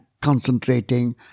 concentrating